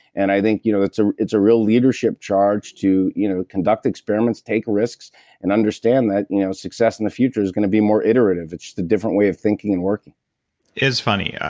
and i think you know it's ah it's a real leadership charge to you know conduct experiments, take risks and understand that you know success in the future is going to be more iterative. it's the different way of thinking and working it is funny. yeah